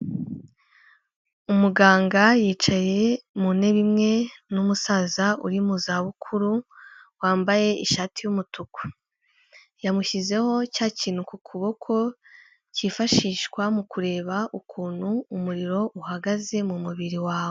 Umuganga yicaye mu ntebe imwe n'umusaza uri mu zabukuru, wambaye ishati y'umutuku, yamushyizeho cya kintu ku kuboko cyifashishwa mu kureba ukuntu umuriro uhagaze mu mubiri wawe.